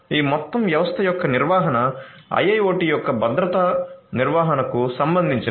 ఈ మొత్తం వ్యవస్థ యొక్క నిర్వహణ IIoT యొక్క భద్రతా నిర్వహణకు సంబంధించినది